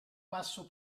passo